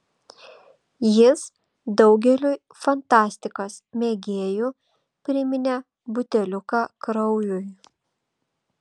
jis daugeliui fantastikos mėgėjų priminė buteliuką kraujui